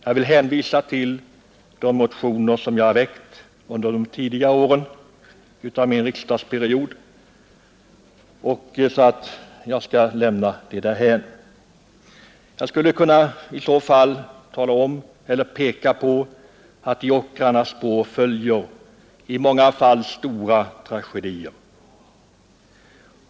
Jag vill hänvisa till de motioner som jag har väckt under de tidigare åren av min riksdagsperiod och endast påpeka att i ockrarnas spår följer i många fall stora tragedier.